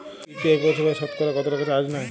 UPI পরিসেবায় সতকরা কতটাকা চার্জ নেয়?